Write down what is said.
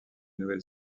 nouvelle